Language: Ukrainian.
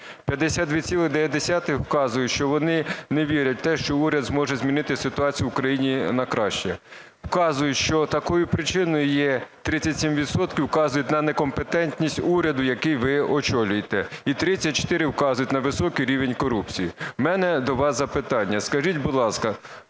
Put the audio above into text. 52,9 вказують, що вони не вірять в те, що уряд зможе змінити ситуацію в країні на краще. Вказують, що такою причиною є, 37 відсотків вказують на некомпетентність уряду, який ви очолюєте, і 34 вказують на високий рівень корупції. У мене до вас запитання. Скажіть, будь ласка,